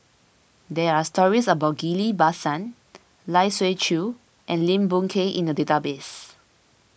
there are stories about Ghillie Basan Lai Siu Chiu and Lim Boon Keng in the database